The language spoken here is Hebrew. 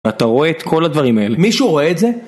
אתה רואה את כל הדברים האלה. מישהו רואה את זה?